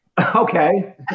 Okay